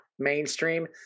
Mainstream